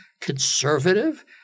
conservative